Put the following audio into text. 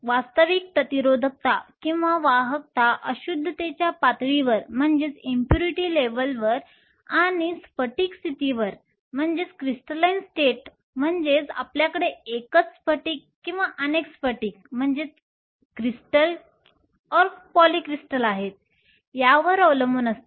वास्तविक प्रतिरोधकता किंवा वाहकता अशुद्धतेच्या पातळीवर आणि स्फटिक स्थितीवर म्हणजे आपल्याकडे एकच स्फटिक किंवा अनेक स्फटिक आहेत यावर अवलंबून असते